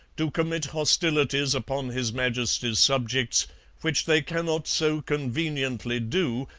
do commit hostilities upon his majesty's subjects which they cannot so conveniently do,